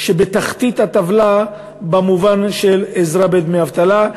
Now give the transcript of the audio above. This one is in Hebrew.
שבתחתית הטבלה במובן של עזרה בדמי אבטלה,